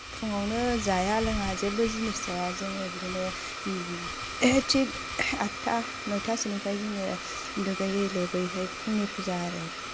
फुङावनो जाया लोङा जेबो जिनिस जाया जोङो बिदिनो थिक आदथा नयतासोनिफ्रायनो जोङो दुगैयै लोबैहाय फुंनि फुजा आरो